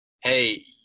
hey